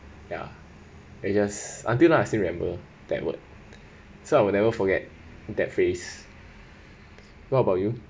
ya because until now I still remember that word so I will never forget that phrase what about you